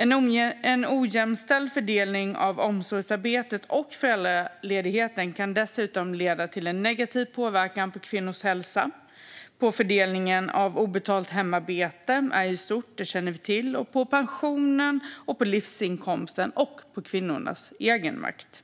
En ojämställd fördelning av omsorgsarbetet och föräldraledigheten kan dessutom ha negativ påverkan på kvinnors hälsa, på fördelningen av obetalt hemarbete i stort, på pensionen, på livsinkomsten och på kvinnornas egenmakt.